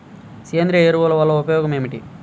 సేంద్రీయ ఎరువుల వల్ల ఉపయోగమేమిటీ?